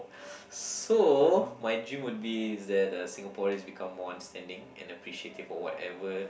so my dream would be that uh Singaporeans become more understanding and appreciative of whatever